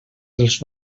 dels